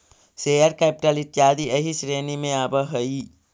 share capital इत्यादि एही श्रेणी में आवऽ हई